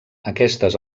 aquestes